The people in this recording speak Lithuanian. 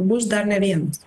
bus dar ne vienas